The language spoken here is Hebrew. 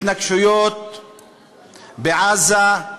התנקשויות בעזה?